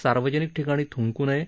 सार्वजनिक ठिकाणी थ्ंकू नये